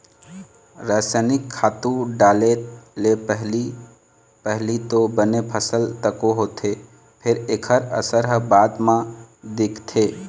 रसइनिक खातू डाले ले पहिली पहिली तो बने फसल तको होथे फेर एखर असर ह बाद म दिखथे